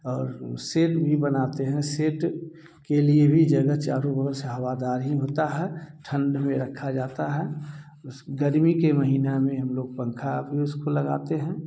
और सेड भी बनाते हैं सेट के लिए भी जगह चारों ओर से हवादार ही होता है ठंड में रखा जाता है गर्मी के महीना में हम लोग पंखा भी उसको लागते हैं